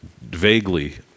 vaguely